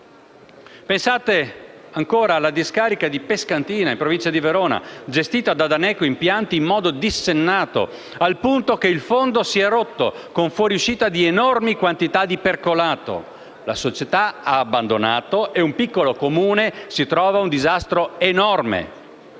Pensate alla discarica di Pescantina, in provincia di Verona, gestita da Daneco Impianti in modo dissennato, al punto che il fondo si è rotto con fuoriuscita di enormi quantità di percolato. La società ha abbandonato il tutto e un piccolo Comune si ritrova ad affrontare